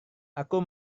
aku